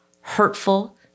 hurtful